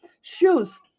shoes